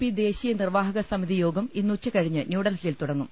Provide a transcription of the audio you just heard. P ദേശീയ നിർവാഹകസമിതി യോഗം ഇന്ന് ഉച്ചകഴിഞ്ഞ് ന്യൂഡൽഹിയിൽ തുടങ്ങും